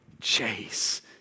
chase